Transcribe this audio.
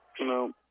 No